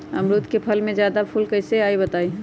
अमरुद क फल म जादा फूल कईसे आई बताई?